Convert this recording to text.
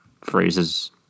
phrases